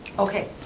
okay,